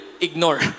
ignore